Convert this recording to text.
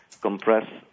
compress